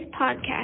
podcast